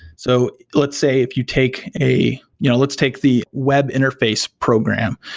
so let's say if you take a you know let's take the web interface program.